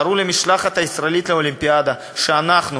והראו למשלחת הישראלית לאולימפיאדה שאנחנו,